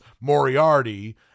Moriarty